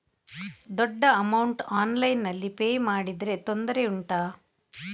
ದೊಡ್ಡ ಅಮೌಂಟ್ ಆನ್ಲೈನ್ನಲ್ಲಿ ಪೇ ಮಾಡಿದ್ರೆ ತೊಂದರೆ ಉಂಟಾ?